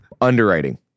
Underwriting